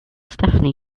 stephanie